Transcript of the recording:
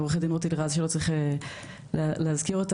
עורך דין רותי לירז שלא צריך להזכיר אותה,